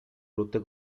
rotte